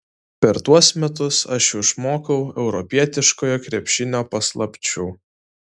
per tuos metus aš jau išmokau europietiškojo krepšinio paslapčių